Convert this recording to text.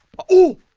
oh,